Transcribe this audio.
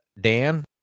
Dan